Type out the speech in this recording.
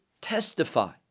testify